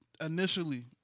initially